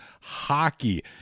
hockey